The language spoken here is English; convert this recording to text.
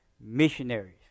missionaries